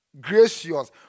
gracious